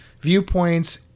viewpoints